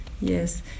Yes